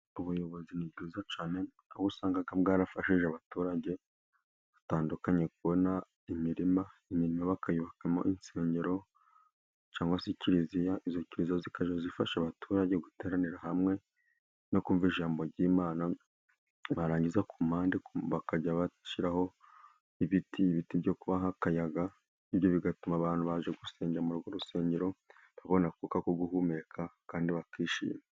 Ubuyobozi ni bwiza cyane aho usanga bwarafashije abaturage batandukanye kubona imirima, imirima bakayubakamo insengero cyangwa se kiliziya. izo kiliziya zikajya zifasha abaturage guteranira hamwe no kumva ijambo ry'Imana. Barangiza ku mpande bakajya bashyiraho ibiti, ibiti byo kubaha akayaga, ibyo bigatuma abantu baje gusengera muri urwo rusengero babona akuka ko guhumeka kandi bakishima.